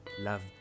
Love